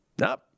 Nope